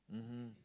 mmhmm